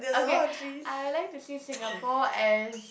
okay I would like to see Singapore as